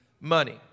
money